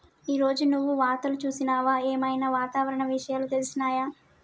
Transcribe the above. ఈ రోజు నువ్వు వార్తలు చూసినవా? ఏం ఐనా వాతావరణ విషయాలు తెలిసినయా?